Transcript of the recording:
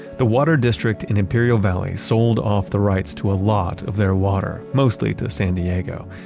the water district in imperial valley sold off the rights to a lot of their water, mostly to san diego.